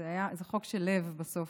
זה חוק של לב בסוף.